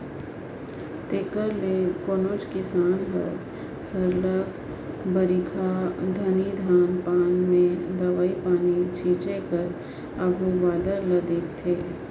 तेकर ले कोनोच किसान हर सरलग बरिखा घनी धान पान में दवई पानी छींचे कर आघु बादर ल देखथे